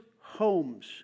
homes